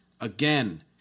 again